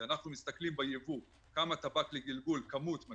אנחנו מסתכלים כמה כמות טבק לגלגול מגיעה,